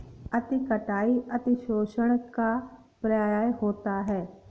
अति कटाई अतिशोषण का पर्याय होता है